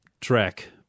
track